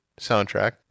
Soundtrack